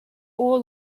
all